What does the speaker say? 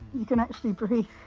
you can actually breathe